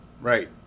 Right